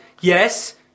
Yes